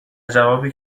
جوابی